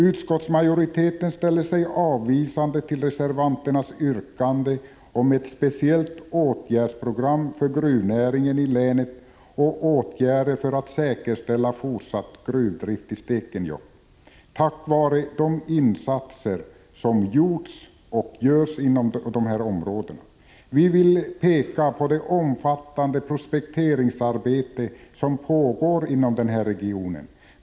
Utskottsmajoriteten ställer sig avvisande till reservanternas yrkande om ett speciellt åtgärdsprogram för gruvnäringen i länet och åtgärder för att säkerställa fortsatt gruvdrift i Stekenjokk, tack vare de insatser som gjorts och görs inom dessa områden. Vi vill peka på det omfattande prospekteringsarbete som pågår inom regionen.